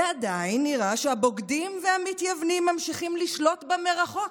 ועדיין נראה שהבוגדים והמתייוונים ממשיכים לשלוט בה מרחוק